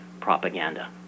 propaganda